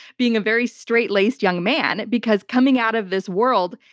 being a very straight-laced young man, because, coming out of this world,